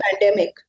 pandemic